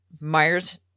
Myers